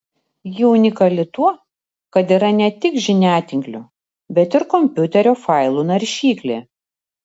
ji unikali tuo kad yra ne tik žiniatinklio bet ir kompiuterio failų naršyklė